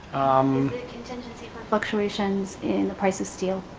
contingency fluctuations in the price of steel?